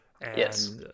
Yes